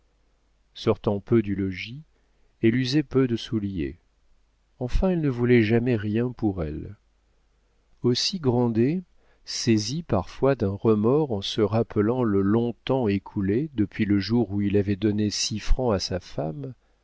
sortant peu du logis elle usait peu de souliers enfin elle ne voulait jamais rien pour elle aussi grandet saisi parfois d'un remords en se rappelant le long temps écoulé depuis le jour où il avait donné six francs à sa femme